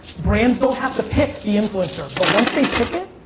brands don't have to pick the influencer, but once they pick it,